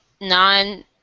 non